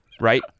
Right